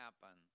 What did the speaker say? happen